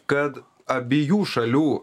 kad abiejų šalių